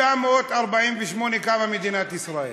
ב-1948 קמה מדינת ישראל.